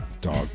dog